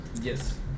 Yes